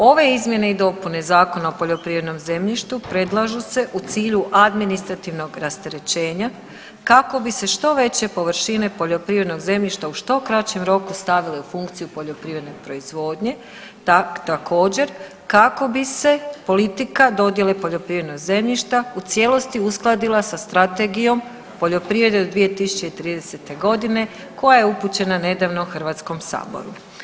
Ove izmjene i dopune Zakona o poljoprivrednom zemljištu predlažu se u cilju administrativnog rasterećenja kako bi se što veće površine poljoprivrednog zemljišta u što kraćem roku stavile u funkciju poljoprivredne proizvodnje, također kako bi se politika dodjele poljoprivrednog zemljišta u cijelosti uskladila sa Strategijom poljoprivrede 2030. godine koja je upućena nedavno Hrvatskom saboru.